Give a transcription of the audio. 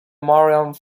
maryam